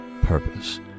purpose